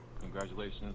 congratulations